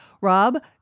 Rob